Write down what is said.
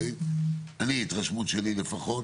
ההתרשמות שלי לפחות